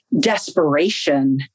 desperation